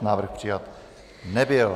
Návrh přijat nebyl.